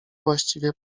właściwie